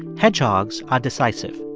hedgehogs are decisive.